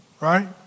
right